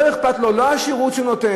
לא אכפת לו לא השירות שהוא נותן,